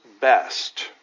best